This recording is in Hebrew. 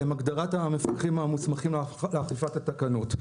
המפקחים המוסמכים לאכיפת התקנות,